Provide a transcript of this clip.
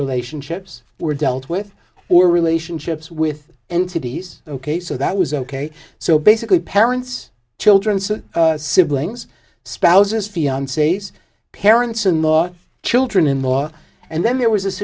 relationships were dealt with or relationships with entities ok so that was ok so basically parents children siblings spouses fiances parents in law children in law and then there was